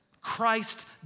Christ